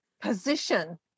position